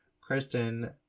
Kristen